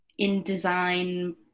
InDesign